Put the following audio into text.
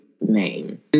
name